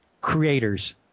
creators